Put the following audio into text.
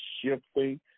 shifting